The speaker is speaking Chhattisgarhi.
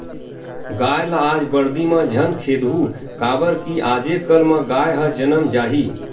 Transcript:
गाय ल आज बरदी म झन खेदहूँ काबर कि आजे कल म गाय ह जनम जाही